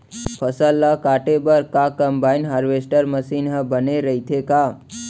फसल ल काटे बर का कंबाइन हारवेस्टर मशीन ह बने रइथे का?